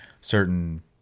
certain